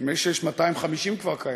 לי שיש 250 כאלה